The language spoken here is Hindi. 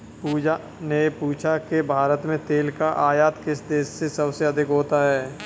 पूजा ने पूछा कि भारत में तेल का आयात किस देश से सबसे अधिक होता है?